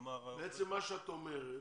בעצם מה שאת אומרת,